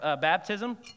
baptism